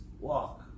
walk